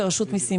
כרשות מסים,